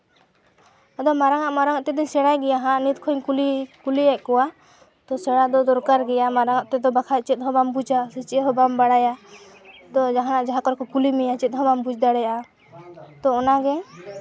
ᱟᱫᱚ ᱢᱟᱨᱟᱝ ᱚᱜ ᱢᱟᱨᱟᱝ ᱚᱜ ᱛᱮᱫᱚᱧ ᱥᱮᱬᱟᱭ ᱜᱮᱭᱟ ᱦᱟᱸᱜ ᱱᱤᱛ ᱠᱷᱚᱱᱤᱧ ᱠᱩᱞᱤ ᱠᱩᱞᱤᱭᱮᱜ ᱠᱚᱣᱟ ᱛᱳ ᱥᱮᱬᱟ ᱫᱚ ᱫᱚᱨᱠᱟᱨ ᱜᱮᱭᱟ ᱢᱟᱨᱟᱝᱚᱜ ᱛᱮᱫᱚ ᱵᱟᱠᱷᱟᱡ ᱪᱮᱫ ᱦᱚᱸ ᱵᱟᱢ ᱵᱩᱡᱟ ᱥᱮ ᱪᱮᱫ ᱦᱚᱸ ᱵᱟᱢ ᱵᱟᱲᱟᱭᱟ ᱟᱫᱚ ᱡᱟᱦᱟᱸ ᱡᱟᱦᱟᱸ ᱠᱚᱨᱮ ᱠᱚ ᱠᱩᱞᱤ ᱢᱮᱭᱟ ᱪᱮᱫ ᱦᱚᱸ ᱵᱟᱢ ᱵᱩᱡᱽ ᱫᱟᱲᱮᱭᱟᱜᱼᱟ ᱛᱳ ᱚᱱᱟᱜᱮ